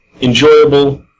enjoyable